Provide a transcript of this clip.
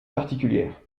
particulière